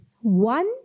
One